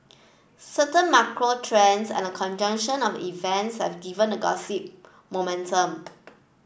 certain macro trends and a conjunction of events have given the gossip momentum